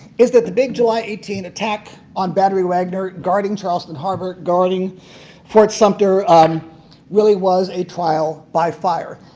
is that the big july eighteen attack on battery wagner guarding charleston harbor, guarding fort sumter really was a trial by fire.